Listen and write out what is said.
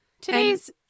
Today's